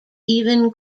even